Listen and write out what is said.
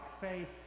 faith